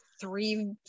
three